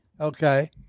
okay